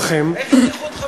המערך, מפא"י, לא מפלגת העבודה.